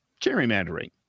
gerrymandering